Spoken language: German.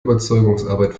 überzeugungsarbeit